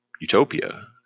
utopia